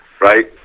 Right